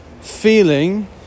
feeling